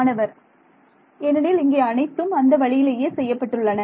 மாணவர் ஏனெனில் இங்கே அனைத்தும் அந்த வழியிலேயே செய்யப்பட்டுள்ளன